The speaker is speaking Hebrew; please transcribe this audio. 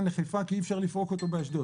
לחיפה כי אי אפשר לפרוק אותו באשדוד.